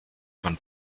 vom